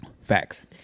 Facts